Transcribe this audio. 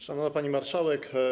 Szanowna Pani Marszałek!